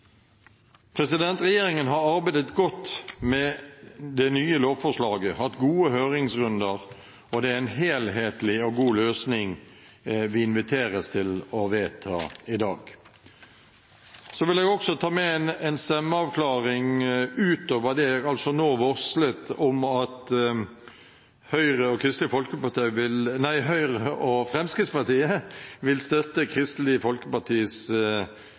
Regjeringen har arbeidet godt med det nye lovforslaget og hatt gode høringsrunder, og det er en helhetlig og god løsning vi inviteres til å vedta i dag. Jeg vil også ta med en stemmeavklaring – utover det som jeg nå varslet, om at Høyre og Fremskrittspartiet vil støtte forslag nr. 2, fra Kristelig Folkeparti,